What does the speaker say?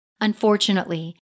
Unfortunately